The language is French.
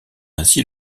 ainsi